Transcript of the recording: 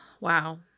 wow